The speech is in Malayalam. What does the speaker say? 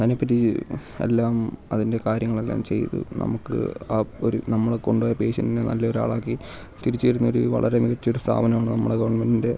അതിനെ പറ്റി എല്ലാം അതിൻ്റെ കാര്യങ്ങളെല്ലാം ചെയ്ത് നമുക്ക് ആ ഒരു നമ്മൾ കൊണ്ടു പോയ പേഷ്യന്റിനെ നല്ലൊരാളാക്കി തിരിച്ച് തരുന്നൊരു വളരെ മികച്ചൊരു സ്ഥാപനമാണ് നമ്മുടെ ഗവൺമെൻറ്